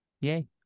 yay